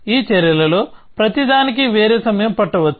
ఈ చర్యలలో ప్రతిదానికి వేరే సమయం పట్టవచ్చు